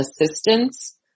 assistance